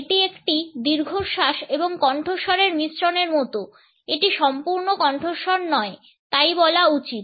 এটি একটি দীর্ঘশ্বাস এবং কণ্ঠস্বরের মিশ্রণের মতো এটি সম্পূর্ণ কণ্ঠস্বর নয় তাই বলা উচিত